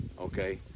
Okay